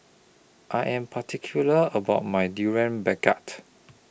I Am particular about My Durian Pengat